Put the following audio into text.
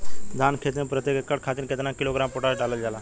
धान क खेती में प्रत्येक एकड़ खातिर कितना किलोग्राम पोटाश डालल जाला?